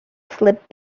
slipped